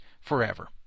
forever